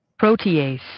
protease